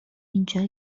اینجا